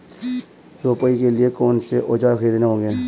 रोपाई के लिए कौन से औज़ार खरीदने होंगे?